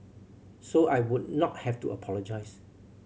so I would not have to apologise